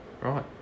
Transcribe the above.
Right